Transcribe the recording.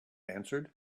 answered